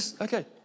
Okay